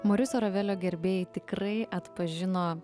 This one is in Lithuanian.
moriso ravelio gerbėjai tikrai atpažino